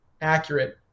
accurate